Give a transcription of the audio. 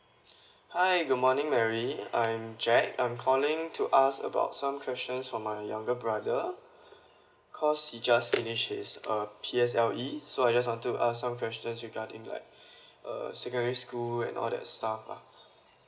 hi good morning mary I'm jack I'm calling to ask about some questions for my younger brother cause he just finished his uh P S L E so I just wanted to some questions regarding like uh secondary school and all that stuff lah